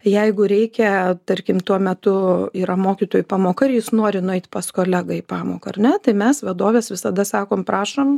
jeigu reikia tarkim tuo metu yra mokytojų pamoka ir jis nori nueit pas kolegą į pamoką ar ne tai mes vadovės visada sakom prašom